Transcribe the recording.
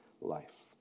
life